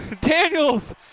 Daniels